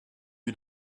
lui